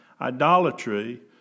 idolatry